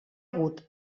hagut